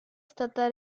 stata